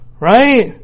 Right